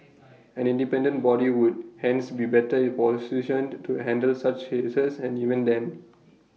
an independent body would hence be better positioned to handle such cases and even then